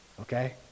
okay